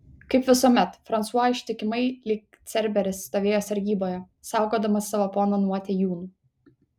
kaip visuomet fransua ištikimai lyg cerberis stovėjo sargyboje saugodamas savo poną nuo atėjūnų